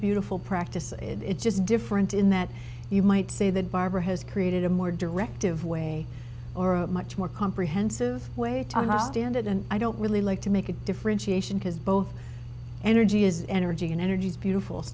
beautiful practice it just different in that you might say that barbara has created a more directive way or a much more comprehensive way to understand it and i don't really like to make a differentiation because both energy is energy and energy is beautiful